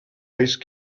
ice